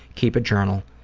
keep a journal,